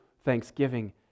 thanksgiving